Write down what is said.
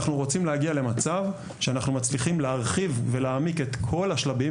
אנחנו רוצים להגיע למצב שאנחנו מצליחים להרחיב ולהעמיק את כל השלבים,